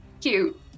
cute